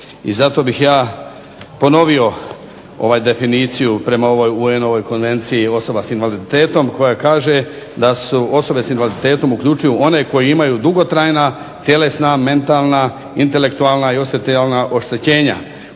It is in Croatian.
I zato bih ja ponovio definiciju prema UN konvenciji osoba s invaliditetom koja kaže da su "osobe se invaliditetom uključuju one koji imaju dugotrajna tjelesna, mentalna, intelektualna i osjetilna oštećenja